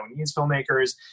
filmmakers